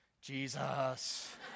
Jesus